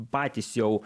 patys jau